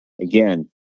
Again